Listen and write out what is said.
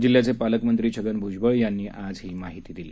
जिल्ह्याचे पालकमंत्री छगन भूजबळ यांनी आज ही माहिती दिली